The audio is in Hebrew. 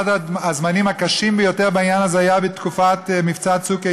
אחד הזמנים הקשים ביותר בעניין הזה היה בתקופת מבצע "צוק איתן".